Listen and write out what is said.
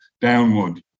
downward